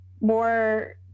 more